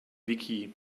wiki